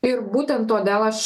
ir būtent todėl aš